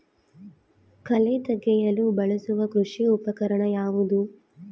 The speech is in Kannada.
ಕಳೆ ತೆಗೆಯಲು ಬಳಸುವ ಕೃಷಿ ಉಪಕರಣ ಯಾವುದು?